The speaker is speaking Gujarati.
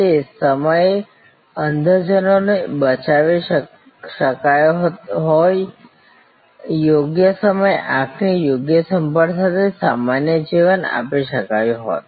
તે સમયે અંધજનોને બચાવી શકાયો હોત યોગ્ય સમયે આંખની યોગ્ય સંભાળ સાથે સામાન્ય જીવન આપી શકાયું હોત